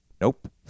Nope